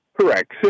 Correct